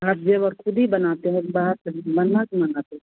आप ज़ेवर खुद ही बनाते हैं कि बाहर से बनवाकर मँगाते